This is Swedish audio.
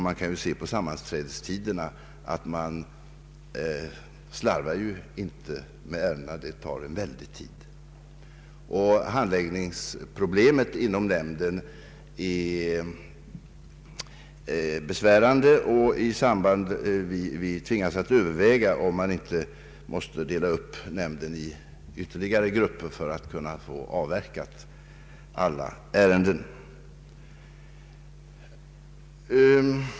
Man kan se på sammanträdenas längd att det inte slarvas ty ärendena tar en väldig tid. Handläggningsproblemet inom nämnden är besvärande, och vi tvingas överväga om man inte måste dela upp nämnden i ytterligare grupper för att kunna avverka alla ärenden.